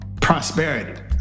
prosperity